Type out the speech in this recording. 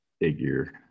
figure